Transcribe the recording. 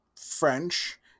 french